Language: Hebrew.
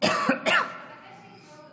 נבקש שיקראו לו.